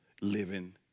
living